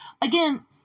Again